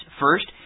First